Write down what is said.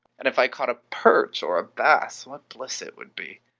and if i caught a perch or a bass, what bliss it would be!